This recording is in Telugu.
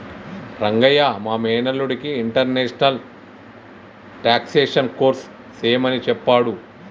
రంగయ్య మా మేనల్లుడికి ఇంటర్నేషనల్ టాక్సేషన్ కోర్స్ సెయ్యమని సెప్పాడు